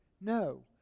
No